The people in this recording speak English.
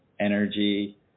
energy